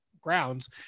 grounds